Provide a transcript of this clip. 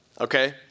Okay